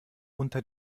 unter